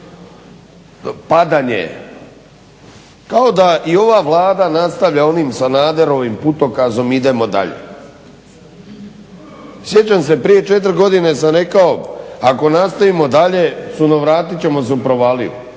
padanje kao da i ova Vlada nastavlja onim Sanaderovim putokazom idemo dalje. Sjećam se prije 4 godine sam rekao ako nastavimo dalje sunovratit ćemo se u provaliju